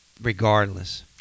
Regardless